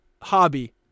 hobby